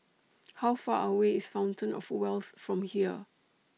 How Far away IS Fountain of Wealth from here